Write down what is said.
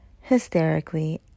hysterically